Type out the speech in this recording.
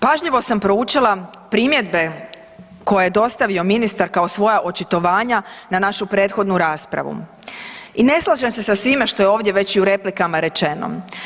Pažljivo sam proučila primjedbe koje je dostavio ministar kao svoja očitovanja na našu prethodnu raspravu i ne slažem se sa svime što je ovdje već i u replikama rečeno.